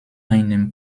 einem